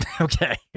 Okay